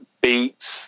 beets